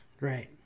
Right